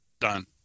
done